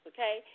Okay